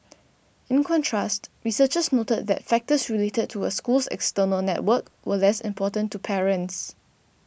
in contrast researchers noted that factors related to a school's external network were less important to parents